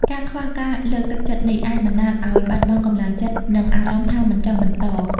ការខ្វះការលើកទឹកចិត្តនេះ អាចបណ្តាលឲ្យបាត់បង់កម្លាំងចិត្ត និងអារម្មណ៍ថាមិនចង់បន្ត។